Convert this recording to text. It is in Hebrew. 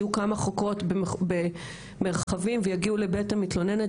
שיהיו כמה חוקרות במרחבים ויגיעו לבית המתלוננת,